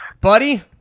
Buddy